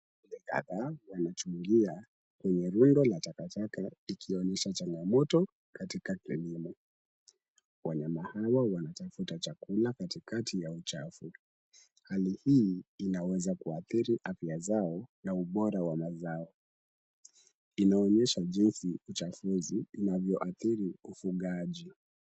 Vijana wanachungia kwenye rundo la takataka, ikionyesha changamoto katika elimu. Wanyama hawa, wanatafuta chakula katikati ya uchafu. Hali hii inaweza kuathiri afya zao na ubora wa mazao. Inaonyesha jinsi uchaguzi, inavyoathiri k ufugaji.